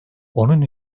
onun